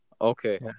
Okay